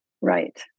Right